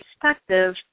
perspective